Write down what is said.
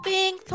Pink